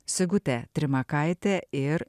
sigutė trimakaitė ir